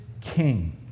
king